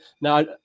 Now